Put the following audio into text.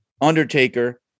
Undertaker